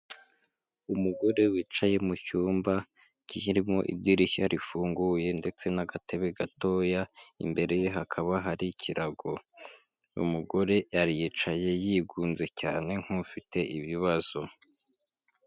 Umugore wicaye mu cyumba kirimo idirishya rifunguye ndetse n'agatebe gatoya, imbere ye hakaba hari ikirago. Uyu umugore yari yicaye yigunze cyane nk'ufite ibibazo.